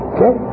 Okay